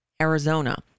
Arizona